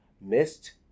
missed